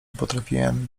potrafiłem